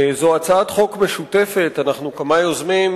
זו הצעת חוק משותפת, אנחנו כמה יוזמים.